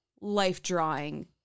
life-drawing